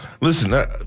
Listen